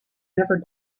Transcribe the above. never